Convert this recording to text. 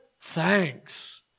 thanks